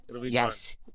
Yes